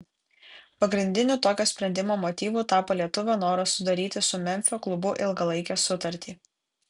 pagrindiniu tokio sprendimo motyvu tapo lietuvio noras sudaryti su memfio klubu ilgalaikę sutartį